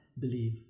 believe